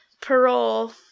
parole